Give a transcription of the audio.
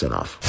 off